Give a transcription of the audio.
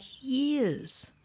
years